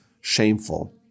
shameful